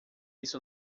isso